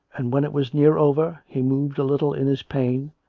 and when it was near over, he moved a little in his pain,